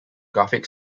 graphic